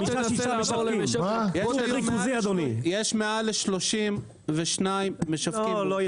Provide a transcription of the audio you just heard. יש מעל ל-32 משווקים --- לא,